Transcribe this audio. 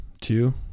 two